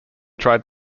tried